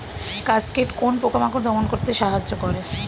Cascade কোন পোকা মাকড় দমন করতে সাহায্য করে?